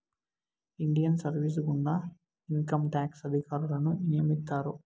Indian service గుండా income tax అధికారులను నియమిత్తారు